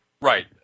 Right